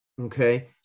okay